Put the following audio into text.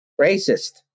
racist